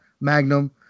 Magnum